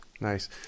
Nice